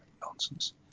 nonsense